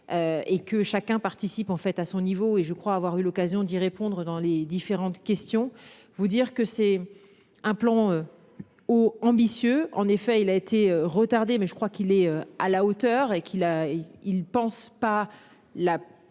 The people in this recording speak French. Et que chacun participe en fait à son niveau et je crois avoir eu l'occasion d'y répondre dans les différentes questions vous dire que c'est un plan. Oh ambitieux en effet il a été retardé, mais je crois qu'il est à la hauteur et qu'il a il pense pas la